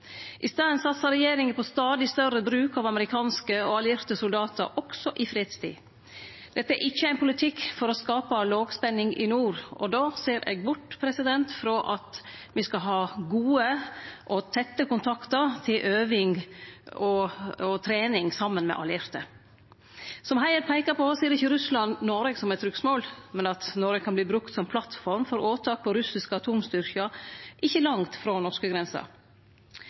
i stand til å hevde våre interesser. I staden satsar regjeringa på stadig større bruk av amerikanske og allierte soldatar også i fredstid. Dette er ikkje ein politikk for å skape lågspenning i nord, og då ser eg bort frå at me skal ha gode og tette kontaktar til øving og trening saman med allierte. Som Heier peiker på, ser ikkje Russland Noreg som eit trugsmål, men Noreg kan verte brukt som plattform for åtak på russiske atomstyrker ikkje langt frå